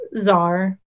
Czar